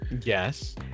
yes